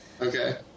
Okay